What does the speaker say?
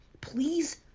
please